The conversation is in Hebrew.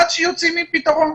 עד שיוצאים עם פתרון.